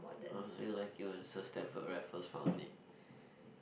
when Sir Stamford Raffles found it